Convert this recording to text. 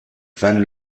van